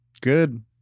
Good